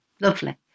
lovely